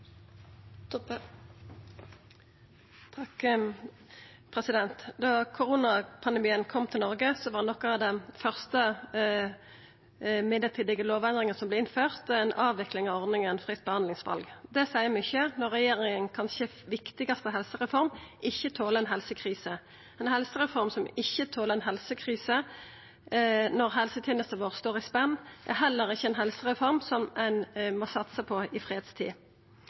Da koronapandemien kom til Noreg, var nokre av dei første mellombelse lovendringane som vart innførte, ei avvikling av ordninga fritt behandlingsval. Det seier mykje når regjeringas kanskje viktigaste helsereform ikkje toler ei helsekrise. Ei helsereform som ikkje toler ei helsekrise når helsetenesta vår står i spenn, er heller ikkje ei helsereform som ein må satsa på i fredstid.